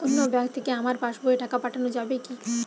অন্য ব্যাঙ্ক থেকে আমার পাশবইয়ে টাকা পাঠানো যাবে কি?